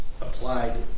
applied